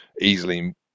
easily